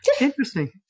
interesting